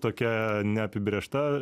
tokia neapibrėžta